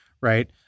right